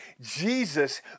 Jesus